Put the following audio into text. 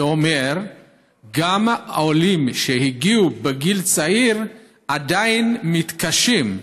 זה אומר שגם העולים שהגיעו בגיל צעיר עדיין מתקשים.